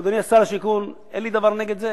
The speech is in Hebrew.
ואדוני שר השיכון, אין לי דבר נגד זה,